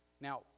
Now